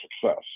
success